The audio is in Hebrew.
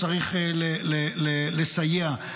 צריך לסייע.